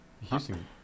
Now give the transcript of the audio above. Houston